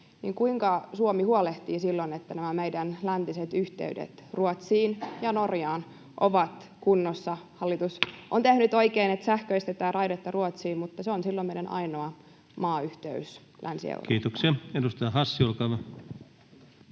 kuinka Suomi huolehtii silloin, että nämä meidän läntiset yhteydet Ruotsiin ja Norjaan ovat kunnossa? Hallitus on tehnyt oikein, että sähköistetään raidetta Ruotsiin, mutta se on silloin meidän ainoa maayhteys Länsi-Eurooppaan. Kiitoksia. — Edustaja Hassi, olkaa hyvä.